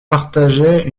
partageaient